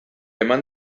eman